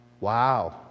Wow